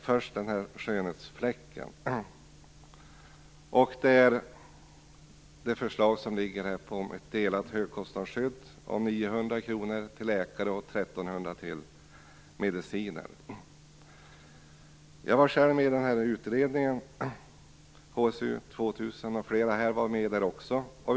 Först till skönhetsfläcken och det förslag som är framlagt om ett delat högkostnadsskydd om 900 kr till läkare och 1 300 kr till mediciner. Jag var själv med i utredningen HSU 2000, och flera här var också med.